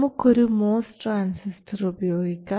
നമുക്കൊരു MOS transistor ഉപയോഗിക്കാം